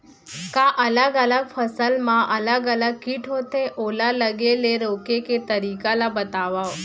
का अलग अलग फसल मा अलग अलग किट होथे, ओला लगे ले रोके के तरीका ला बतावव?